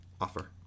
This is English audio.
Offer